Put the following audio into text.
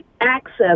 access